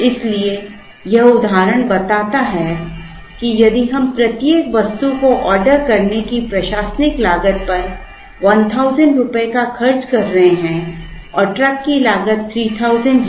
इसलिए यह उदाहरण बताता है कि यदि हम प्रत्येक वस्तु को ऑर्डर करने की प्रशासनिक लागत पर 1000 रुपये का खर्च कर रहे हैं और ट्रक की लागत 3000 है